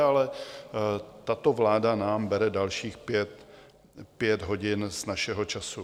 Ale tato vláda nám bere dalších pět hodin z našeho času.